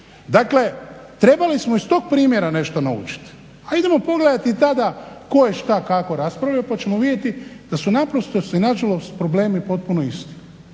Dakle, trebali smo iz tog primjera nešto naučiti. Ajdemo pogledati tada tko je šta kako raspravio pa ćemo vidjeti da su naprosto i nažalost problemi potpuno isti.